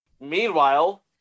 Meanwhile